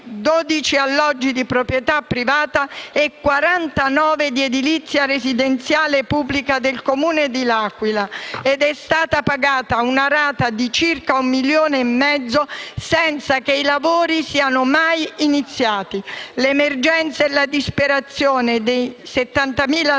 alloggi di proprietà privata e quarantanove di edilizia residenziale pubblica del comune dell'Aquila ed è stata pagata una rata di circa un milione e mezzo, senza che i lavori siano mai iniziati. L'emergenza e la disperazione dei settantamila